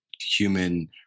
human